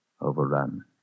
overrun